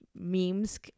memes